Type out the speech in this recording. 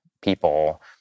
people